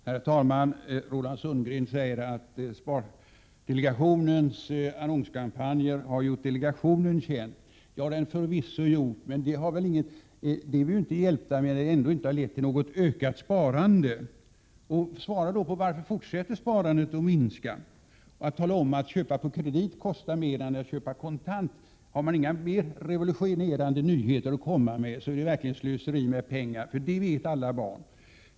Herr talman! Roland Sundgren säger att spardelegationens annonskampanjer har gjort delegationen känd. Det har de förvisso gjort, men det är vi inte hjälpta med när de ändå inte har lett till något ökat sparande. Svara då på frågan: Varför fortsätter sparandet att minska? Och att tala om, att det kostar mer att köpa på kredit än att köpa kontant — har man inga mer revolutionerande nyheter att komma med är det verkligen slöseri med pengar, för det vet alla barn.